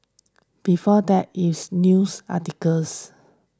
before that it's news articles